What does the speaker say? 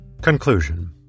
Conclusion